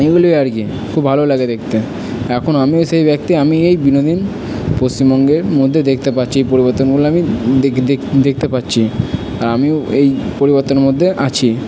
এইগুলোই আর কী খুব ভালো লাগে দেখতে এখন আমিও সেই ব্যক্তি আমি এই বিনোদন পশ্চিমবঙ্গের মধ্যে দেখতে পাচ্ছি এই পরিবর্তনগুলো আমি দেখতে পাচ্ছি আর আমিও এই পরিবর্তনের মধ্যে আছি